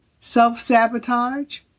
self-sabotage